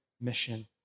mission